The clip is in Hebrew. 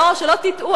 שלא תטעו.